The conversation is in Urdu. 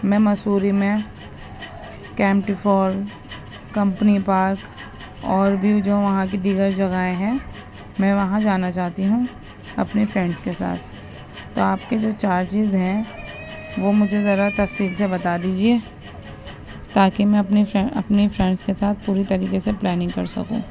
میں مسوری میں کیمٹی فور کمپنی پارک اور بھی جو وہاں کی دیگر جگہیں ہیں میں وہاں جانا چاہتی ہوں اپنے فرینڈس کے ساتھ تو آپ کے جو چارجز ہیں وہ مجھے ذرا تفصیل سے بتا دیجیے تاکہ میں اپنے اپنی فرینڈس کے ساتھ پوری طریقے سے پلاننگ کر سکوں